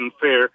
fair